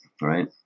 right